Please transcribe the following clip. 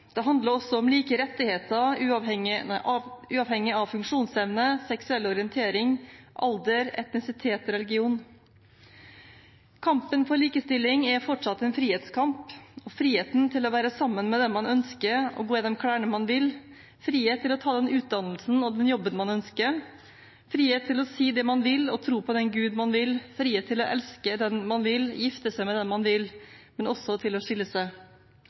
Det handler også om like rettigheter, uavhengig av funksjonsevne, seksuell orientering, alder, etnisitet og religion. Kampen for likestilling er fortsatt en frihetskamp – friheten til å være sammen med dem man ønsker og gå i de klærne man vil, frihet til å ta den utdannelsen og den jobben man ønsker, frihet til å si det man vil og tro på den guden man vil, frihet til å elske den man vil og gifte seg med den man vil, men også til å skille seg.